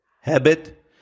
Habit